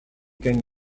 can